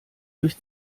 durch